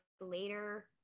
later